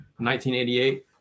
1988